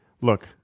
Look